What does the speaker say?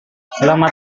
selamat